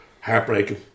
heartbreaking